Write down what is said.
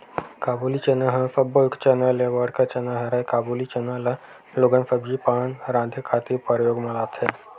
काबुली चना ह सब्बो चना ले बड़का चना हरय, काबुली चना ल लोगन सब्जी पान राँधे खातिर परियोग म लाथे